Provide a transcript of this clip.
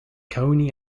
coney